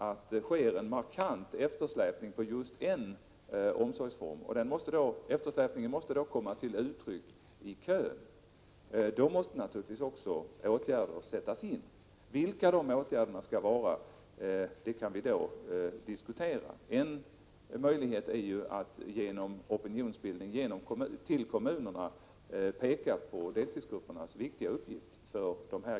Om det är en markant eftersläpning inom en omsorgsform — det kommer ju till uttryck i köer — måste naturligtvis åtgärder sättas in. Vilka dessa åtgärder skall vara kan vi . diskutera. En möjlighet är att genom opinionsbildning för kommunerna påpeka deltidsgruppernas viktiga uppgift.